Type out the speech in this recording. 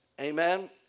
Amen